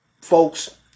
folks